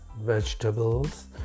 Vegetables